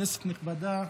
כנסת נכבדה,